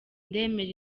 ndemera